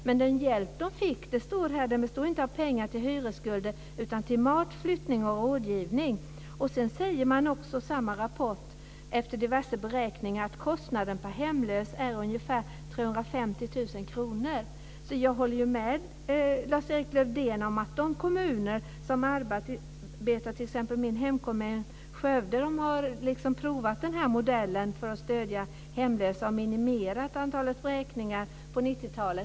Men det står att den hjälp de fick inte bestod av pengar till hyresskulden, utan till mat, flyttning och rådgivning. Sedan säger man också i samma rapport efter diverse beräkningar att kostnaden per hemlös är ungefär 350 000 kr, så jag håller med Lars-Erik Lövdén när det gäller de kommuner som arbetar med det här. Min hemkommun Skövde har provat en modell för att stödja hemlösa och minimerat antalet vräkningar på 90-talet.